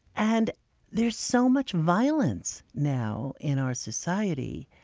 and there's so much violence now in our society,